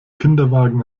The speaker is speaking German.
kinderwagen